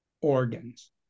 organs